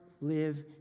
live